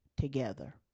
together